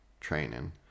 training